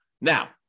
Now